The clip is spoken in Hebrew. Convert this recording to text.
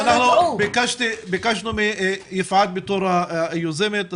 ביקשנו מיפעת בתור היוזמת ,